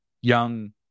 young